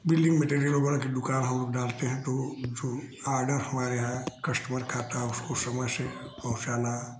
building material वगैरह की दुकान हम लोग डालते हैं तो जो आडर हमारे यहाँ कश्टमर का आता है उसको समय से पहुँचना